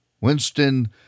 Winston